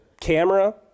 camera